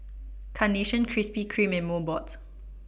Carnation Krispy Kreme and Mobot